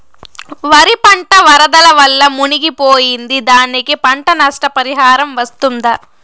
వరి పంట వరదల వల్ల మునిగి పోయింది, దానికి పంట నష్ట పరిహారం వస్తుందా?